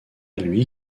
lui